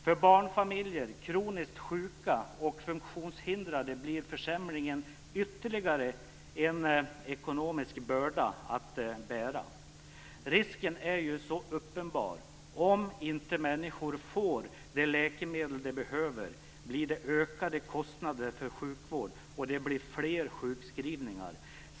För barnfamiljer, kroniskt sjuka och funktionshindrade blir försämringen ytterligare en ekonomisk börda att bära. Risken är ju så uppenbar. Om inte människor får de läkemedel de behöver blir det ökade kostnader för sjukvård och fler sjukskrivningar.